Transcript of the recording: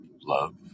love